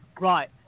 Right